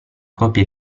copia